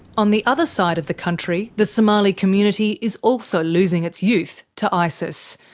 on the other side of the country, the somali community is also losing its youth to isis.